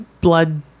blood